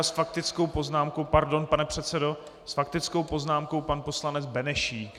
S faktickou poznámkou pardon, pane předsedo s faktickou poznámkou pan poslanec Benešík.